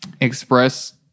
express